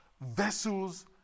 Vessels